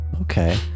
okay